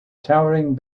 towering